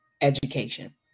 education